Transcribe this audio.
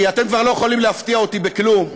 כי אתם כבר לא יכולים להפתיע אותי בכלום,